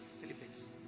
Philippines